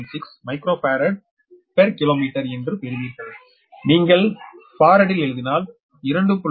0107096 microfarad per kilometre என்று பெறுவீர்கள் நீங்கள் ஃபராட் ல் எழுதினால் 2